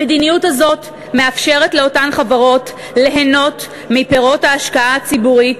המדיניות הזאת מאפשרת לאותן חברות ליהנות מפירות ההשקעה הציבורית